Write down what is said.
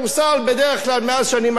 מאז אני מכיר את עצמי כילד,